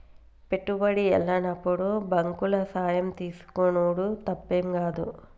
పెట్టుబడి ఎల్లనప్పుడు బాంకుల సాయం తీసుకునుడు తప్పేం గాదు